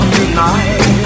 tonight